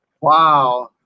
Wow